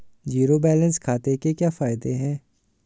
Zero balance खाते के क्या फायदे हैं?